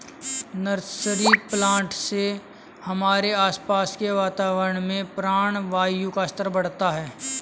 nursery plant से हमारे आसपास के वातावरण में प्राणवायु का स्तर बढ़ता है